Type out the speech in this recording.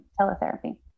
teletherapy